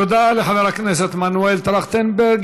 תודה לחבר הכנסת מנואל טרכטנברג.